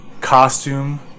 Costume